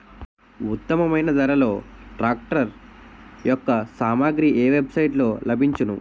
ఉత్తమమైన ధరలో ట్రాక్టర్ యెక్క సామాగ్రి ఏ వెబ్ సైట్ లో లభించును?